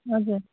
हजुर